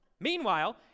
Meanwhile